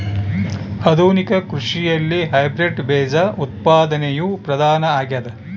ಆಧುನಿಕ ಕೃಷಿಯಲ್ಲಿ ಹೈಬ್ರಿಡ್ ಬೇಜ ಉತ್ಪಾದನೆಯು ಪ್ರಧಾನ ಆಗ್ಯದ